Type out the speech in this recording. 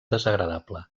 desagradable